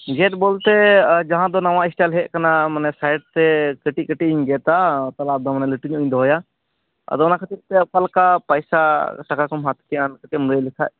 ᱜᱮᱫ ᱵᱚᱞᱛᱮ ᱡᱟᱦᱟᱸ ᱫᱚ ᱱᱟᱣᱟ ᱮᱥᱴᱟᱭᱤᱞ ᱦᱮᱡ ᱟᱠᱟᱱᱟ ᱢᱟᱱᱮ ᱥᱟᱭᱤᱴ ᱛᱮ ᱠᱟᱹᱴᱤᱡ ᱠᱟᱹᱴᱤᱡ ᱜᱮᱫᱟ ᱛᱟᱞᱟ ᱨᱮᱫᱚ ᱢᱟᱱᱮ ᱞᱟᱹᱴᱩ ᱧᱚᱜ ᱤᱧ ᱫᱚᱦᱚᱭᱟ ᱟᱫᱚ ᱚᱱᱟ ᱠᱷᱟᱹᱛᱤᱨ ᱛᱮ ᱚᱠᱟ ᱞᱮᱠᱟ ᱯᱟᱭᱥᱟ ᱴᱟᱠᱟ ᱠᱚᱢ ᱦᱟᱛ ᱠᱮᱜ ᱟᱢ ᱠᱟᱹᱴᱤᱡ ᱮᱢ ᱞᱟᱹᱭ ᱞᱮᱠᱷᱟᱡ